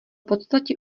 podstatě